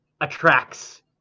attracts